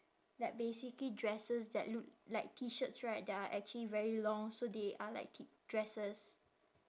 like basically dresses that look like T shirts right that are actually very long so they are like T dresses